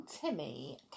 Timmy